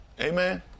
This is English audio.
Amen